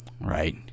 right